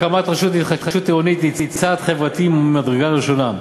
הקמת רשות התחדשות עירונית היא צעד חברתי ממדרגה ראשונה.